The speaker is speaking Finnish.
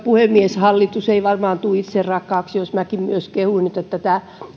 puhemies hallitus ei varmaan tule itserakkaaksi jos minäkin myös kehun tätä